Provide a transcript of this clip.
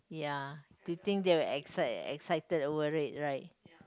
ya do to think they were excite excited over it right